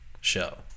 show